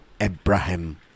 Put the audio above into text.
abraham